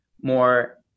more